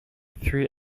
three